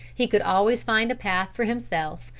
he could always find a path for himself,